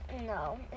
No